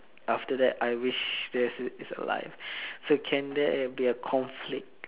after that I wish is alive so can there be a conflict